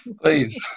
Please